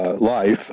life